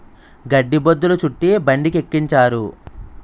గడ్డి బొద్ధులు చుట్టి బండికెక్కించారు